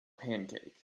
pancake